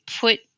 put